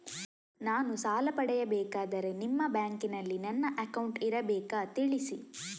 ನಾನು ಸಾಲ ಪಡೆಯಬೇಕಾದರೆ ನಿಮ್ಮ ಬ್ಯಾಂಕಿನಲ್ಲಿ ನನ್ನ ಅಕೌಂಟ್ ಇರಬೇಕಾ ತಿಳಿಸಿ?